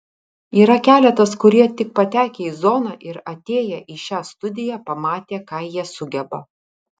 yra keletas kurie tik patekę į zoną ir atėję į šią studiją pamatė ką jie sugeba